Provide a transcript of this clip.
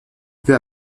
peu